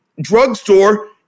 drugstore